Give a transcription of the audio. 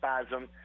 spasm